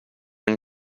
been